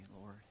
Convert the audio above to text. Lord